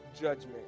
judgment